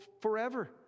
forever